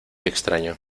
extraño